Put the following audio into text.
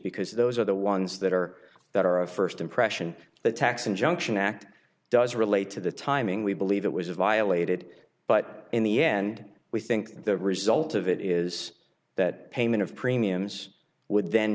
because those are the ones that are that are of first impression that tax injunction act does relate to the timing we believe it was violated but in the end we think the result of it is that payment of premiums would then